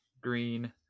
Green